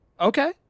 Okay